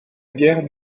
guerre